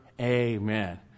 Amen